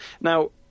Now